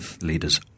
leaders